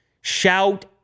Shout